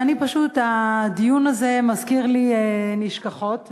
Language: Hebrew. הדיון הזה מזכיר לי נשכחות,